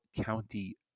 County